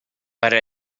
para